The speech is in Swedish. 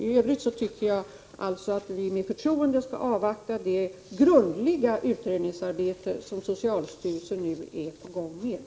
I övrigt tycker jag alltså att vi med förtroende skall avvakta det grundliga utredningsarbete som socialstyrelsen nu ägnar sig åt.